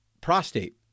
prostate